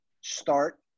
start